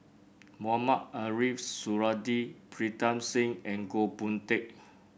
Mohamed Ariff Suradi Pritam Singh and Goh Boon Teck